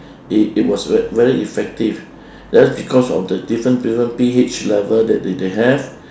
it it was very very effective that's because of the different different P_H level that they they have